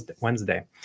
Wednesday